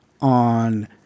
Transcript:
on